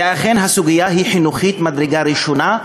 ואכן הסוגיה היא חינוכית ממדרגה ראשונה.